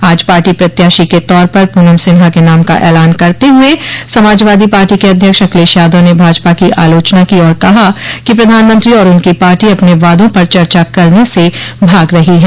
आज पार्टी प्रत्याशी के तौर पर पूनम सिन्हा के नाम का ऐलान करते हुए समावादी पार्टी के अध्यक्ष अखिलेश यादव ने भाजपा की आलोचना की और कहा कि प्रधानमंत्री और उनकी पार्टी अपने वादों पर चर्चा करने से भाग रही है